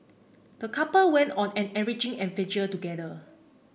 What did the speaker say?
the couple went on an enriching adventure together